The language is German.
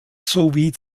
sowie